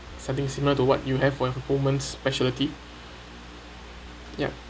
something similar to what you have for your women's specialty yup